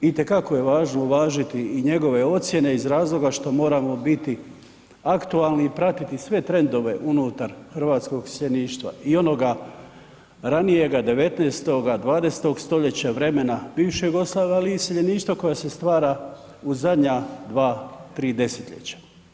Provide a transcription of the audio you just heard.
I te kako je važno uvažiti i njegove ocjene iz razloga što moramo biti aktualni i pratiti sve trendove unutar hrvatskog iseljeništva, i onoga ranijega 19., 20. stoljeća, vremena bivše Jugoslavije, ali i iseljeništva koja se stvara u zadnja 2, 3 desetljeća.